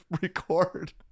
record